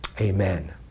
Amen